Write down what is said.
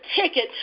ticket